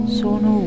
sono